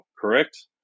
correct